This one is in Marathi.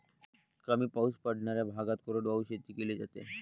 कमी पाऊस पडणाऱ्या भागात कोरडवाहू शेती केली जाते